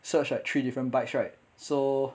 search at three different bikes right so